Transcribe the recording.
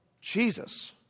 Jesus